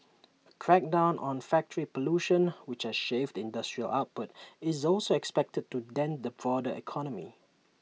A crackdown on factory pollution which has shaved industrial output is also expected to dent the broader economy